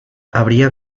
habría